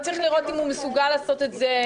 צריך לראות אם הוא מסוגל לעשות את זה,